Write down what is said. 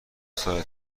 ساده